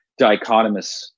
dichotomous